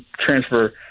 transfer